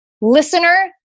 listener